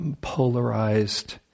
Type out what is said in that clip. polarized